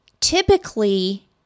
Typically